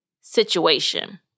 situation